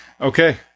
okay